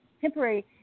temporary